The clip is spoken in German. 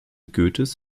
goethes